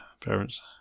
parents